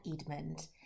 Edmund